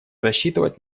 рассчитывать